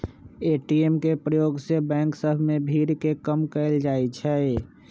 ATM के प्रयोग से बैंक सभ में भीड़ के कम कएल जाइ छै